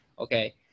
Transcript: Okay